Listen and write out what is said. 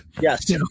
Yes